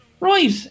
Right